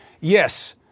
Yes